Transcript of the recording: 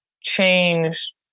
change